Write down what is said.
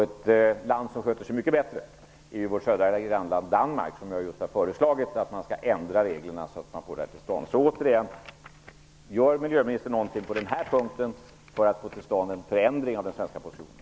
Ett land som sköter sig mycket bättre är vårt södra grannland Danmark, som just har föreslagit att reglerna skall ändras så att det här kommer till stånd. Återigen: Gör miljöministern något på den här punkten för att få till stånd en förändring av den svenska positionen?